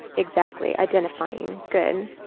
exactly. identifying. good.